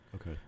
Okay